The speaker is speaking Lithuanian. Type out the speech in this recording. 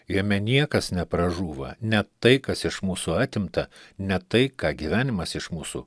jame niekas nepražūva net tai kas iš mūsų atimta ne tai ką gyvenimas iš mūsų